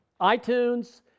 iTunes